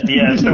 yes